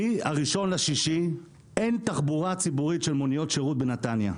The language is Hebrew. מה-1 ביוני אין תחבורה ציבורית של מוניות שירות בנתניה.